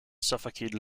suffocated